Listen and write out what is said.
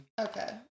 Okay